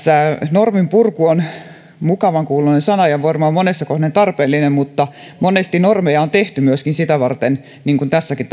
norminpurku on mukavan kuuloinen sana ja varmaan monessa kohden tarpeellinen mutta monesti normeja on tehty myöskin sitä varten niin kuin tässäkin